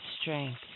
strength